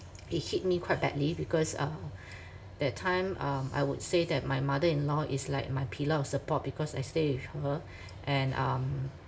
it hit me quite badly because uh that time um I would say that my mother in-law is like my pillar of support because I stay with her and um